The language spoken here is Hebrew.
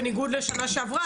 בניגוד לשנה שעברה,